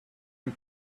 and